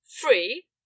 Free